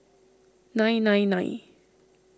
nine nine nine